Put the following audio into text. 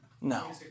No